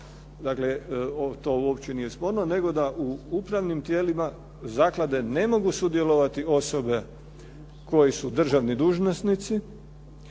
dakle, to uopće nije sporno nego da u upravnim tijelima zaklade ne mogu sudjelovati osobe koje su državni dužnosnici,